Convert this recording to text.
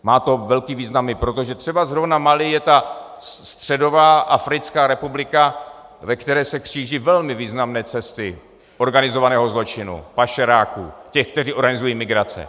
Má to velký význam i proto, že třeba zrovna Mali je ta středová africká republika, ve které se kříží velmi významné cesty organizovaného zločinu, pašeráků, těch, kteří organizují migrace.